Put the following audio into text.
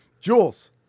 Jules